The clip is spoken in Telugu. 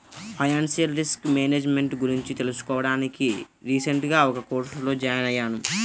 ఫైనాన్షియల్ రిస్క్ మేనేజ్ మెంట్ గురించి తెలుసుకోడానికి రీసెంట్ గా ఒక కోర్సులో జాయిన్ అయ్యాను